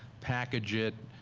package it,